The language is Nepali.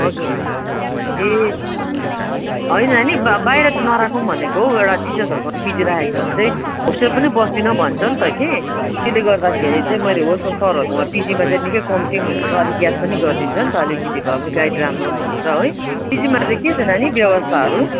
हजुर ए है नानी बा बाहिर चाहिँ नराखौँ भनेको हौ एउटा टिचर्सहरूकोमा पिजी राखेको छ भने चाहिँ होस्टेल पनि बस्दिनँ भन्छ नि त कि त्यसले गर्दा चाहिँ मैले होस् न सरहरूकोमा पिजीमा चाहिँ निक्कै कम्ती पनि हुन्छ अलिक याद पनि गरिदिन्छ नि त अलिकति भए पनि गाइड राम्रो पनि हुन्छ है पिजीमा चाहिँ के छ नानी व्यवस्थाहरू